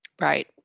Right